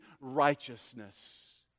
righteousness